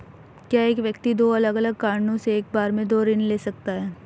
क्या एक व्यक्ति दो अलग अलग कारणों से एक बार में दो ऋण ले सकता है?